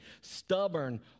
stubborn